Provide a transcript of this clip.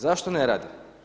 Zašto ne radi?